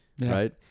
Right